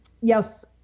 yes